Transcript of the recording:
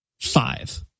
five